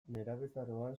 nerabezaroan